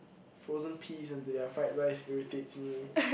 frozen peas into their fried rice irritates me